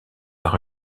par